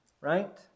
Right